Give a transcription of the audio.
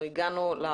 אנחנו הגענו.